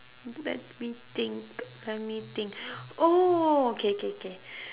let me think let me think oh okay okay okay